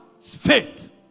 faith